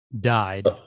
died